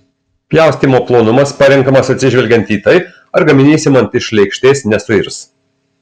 pjaustymo plonumas parenkamas atsižvelgiant į tai ar gaminys imant iš lėkštės nesuirs